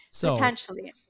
Potentially